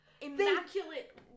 Immaculate